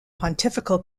pontifical